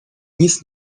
nic